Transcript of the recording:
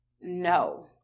no